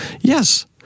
Yes